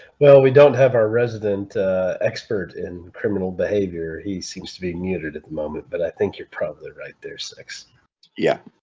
well we don't have our resident expert in criminal behavior he seems to be muted at the moment, but i think you're probably right there sex yeah